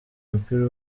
umupira